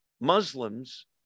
Muslims